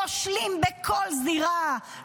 כושלים בכל זירה,